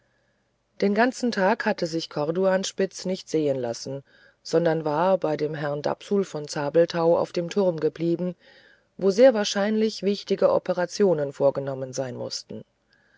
den ganzen tag hatte sich corduanspitz nicht sehen lassen sondern war bei dem herrn dapsul von zabelthau auf dem turm geblieben wo sehr wahrscheinlich wichtige operationen vorgenommen sein mußten